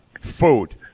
Food